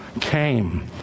came